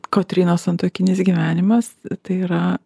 kotrynos santuokinis gyvenimas tai yra